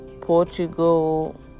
Portugal